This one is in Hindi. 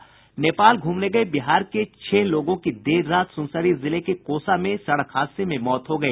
नेपाल घूमने गये बिहार के छह लोगों की देर रात सुनसरी जिले के कोसा में सड़क हादसे में मौत हो गई